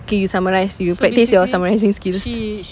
K you summarise you practise your summarising skills